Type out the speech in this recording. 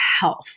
health